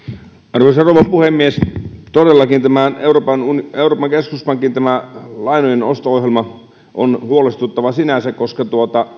arvoisa rouva puhemies todellakin tämä euroopan keskuspankin lainojen osto ohjelma on huolestuttava sinänsä koska